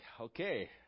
okay